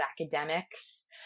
academics